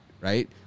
right